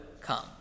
come